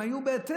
הם היו בהיתר,